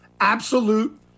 absolute